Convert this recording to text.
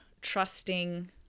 trusting